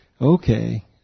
Okay